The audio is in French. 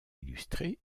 illustrer